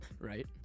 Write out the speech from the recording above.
right